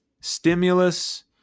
stimulus